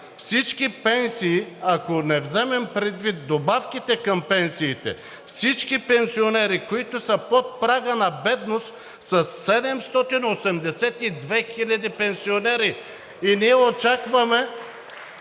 всички пенсии, ако не вземем предвид добавките към пенсиите, всички пенсионери, които са под прага на бедност, са 782 хиляди! (Ръкопляскания от ДПС.) И ние очакваме